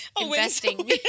investing